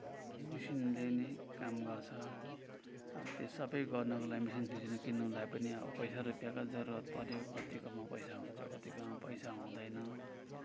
मिसनले नै काम गर्छ अब त्यो सबै गर्नको लागि मिसनफिसन किन्नुलाई पनि अब पैसा रुपियाँको जरुरत पऱ्यो कतिकोमा पैसा हुन्छ कतिकोमा पैसा हुँदैन